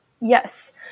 Yes